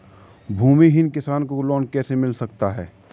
भूमिहीन किसान को लोन कैसे मिल सकता है?